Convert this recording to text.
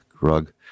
rug